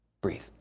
breathe